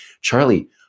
Charlie